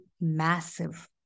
massive